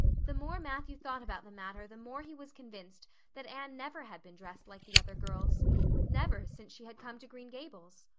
the more matthew thought about the matter the more he was convinced that anne never had been dressed like the other girls never since she had come to green gables.